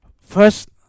First